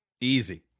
Easy